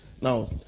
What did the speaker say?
Now